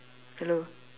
hello